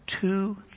two